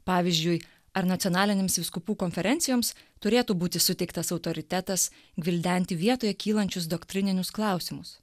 pavyzdžiui ar nacionalinėms vyskupų konferencijoms turėtų būti suteiktas autoritetas gvildenti vietoje kylančius doktrininius klausimus